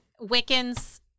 Wiccans